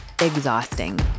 exhausting